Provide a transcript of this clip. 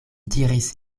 diris